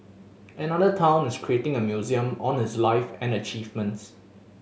another town is creating a museum on his life and achievements